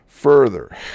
Further